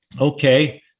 Okay